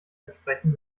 entsprechen